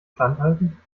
standhalten